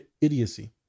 idiocy